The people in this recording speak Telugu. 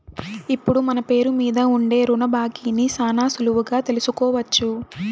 ఇప్పుడు మన పేరు మీద ఉండే రుణ బాకీని శానా సులువుగా తెలుసుకోవచ్చు